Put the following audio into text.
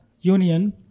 union